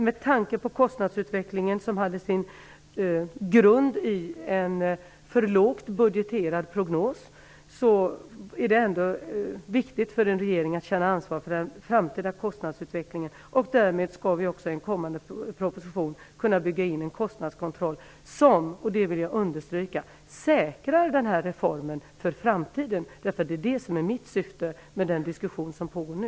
Med tanke på kostnadsutvecklingen som hade sin grund i en för lågt budgeterad prognos är det ändå viktigt för en regering att känna ansvar för den framtida kostnadsutvecklingen. Därmed skall vi också kunna bygga in en kostnadskontroll i en kommande propositionen som, och det vill jag understryka, säkrar den här reformen för framtiden. Det är mitt syfte med den diskussion som pågår nu.